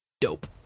dope